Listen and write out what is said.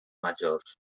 majors